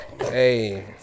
Hey